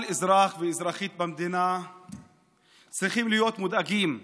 כל אזרח ואזרחית במדינה צריכים להיות מודאגים,